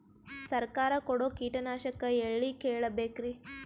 ಸರಕಾರ ಕೊಡೋ ಕೀಟನಾಶಕ ಎಳ್ಳಿ ಕೇಳ ಬೇಕರಿ?